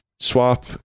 Swap